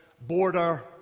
border